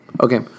Okay